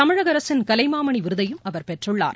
தமிழக அரசின் கலைமாமணி விருதையும் அவர் பெற்றுள்ளார்